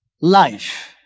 life